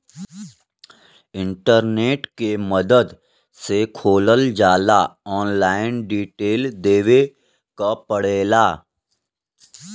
internet के मदद से खोलल जाला ऑनलाइन डिटेल देवे क पड़ेला